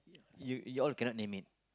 you you all cannot name it